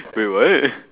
wait what